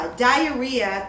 diarrhea